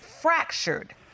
fractured